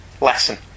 lesson